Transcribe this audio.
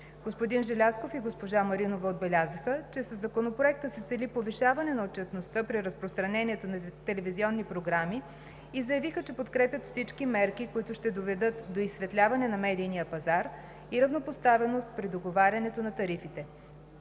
Господин Желязков и госпожа Маринова отбелязаха, че със Законопроекта се цели повишаване на отчетността при разпространението на телевизионни програми и заявиха, че подкрепят всички мерки, които ще доведат до изсветляване на медийния пазар и равнопоставеност при договарянето на тарифите.